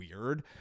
weird